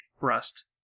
Rust